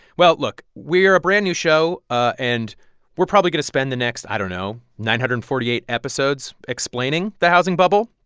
well, look. we're a brand-new show, ah and we're probably going to spend the next, i don't know, nine hundred and forty eight episodes explaining the housing bubble,